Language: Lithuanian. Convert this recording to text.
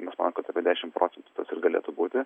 mes manom kad apie dešimt procentų tas ir galėtų būti